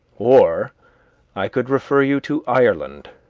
or i could refer you to ireland,